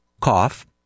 cough